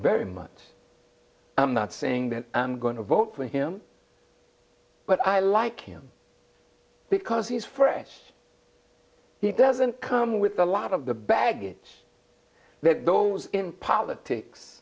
very much i'm not saying that i'm going to vote for him but i like him because he's fresh he doesn't come with a lot of the baggage that those in politics